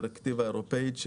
שמתבססת על דירקטיבה אירופאית,